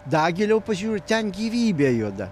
da giliau pažiūri ten gyvybė juda